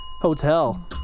Hotel